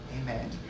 Amen